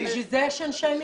אבל בשביל זה יש אנשי מקצוע.